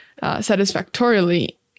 satisfactorily